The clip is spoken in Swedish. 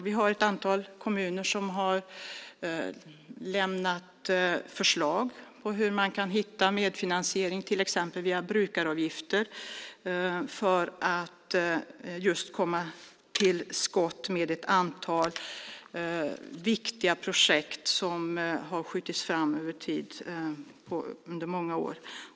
Vi har ett antal kommuner som har lämnat förslag på hur man kan hitta medfinansiering, till exempel via brukaravgifter, för att just komma till skott med ett antal viktiga projekt som har skjutits fram under många år.